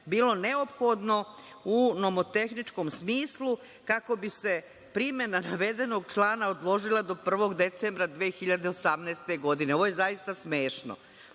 bilo neophodno u nomotehničkom smislu kako bi se primena navedenog člana odložila do 1. decembra 2018. godine. Ovo je zaista smešno. Dakle,